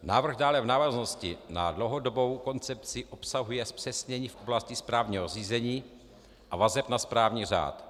Návrh dále v návaznosti na dlouhodobou koncepci obsahuje zpřesnění v oblasti správního řízení a vazeb na správní řád.